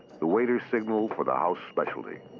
the waiter signaled for the house specialty.